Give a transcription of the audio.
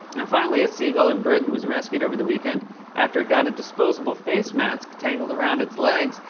and finally, a seagull in britain was rescued over the weekend after it got a disposable face mask tangled around its legs.